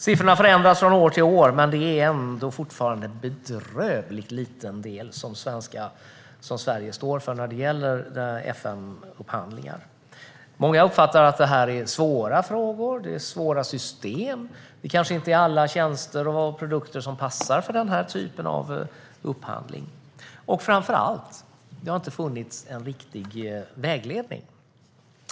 Siffrorna förändras från år till år, men Sverige står ändå fortfarande för en bedrövligt liten del när det gäller FN-upphandlingar. Många uppfattar det här som svåra frågor och svåra system. Kanske inte alla tjänster och produkter passar för den här typen av upphandling. Framför allt har det inte funnits någon riktig vägledning.